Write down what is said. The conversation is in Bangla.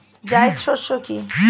জায়িদ শস্য কি?